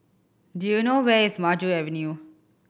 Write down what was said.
do you know where is Maju Avenue